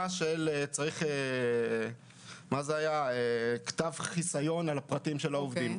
שצריך כתב חיסיון על הפרטים של העובדים,